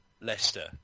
Leicester